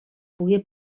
pogué